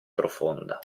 profonda